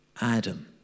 Adam